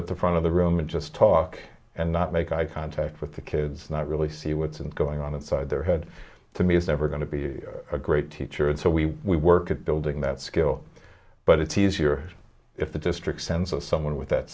at the front of the room and just talk and not make eye contact with the kids not really see what's going on inside their head to me is never going to be a great teacher and so we we work at the thing that skill but it's easier if the district sends a someone with that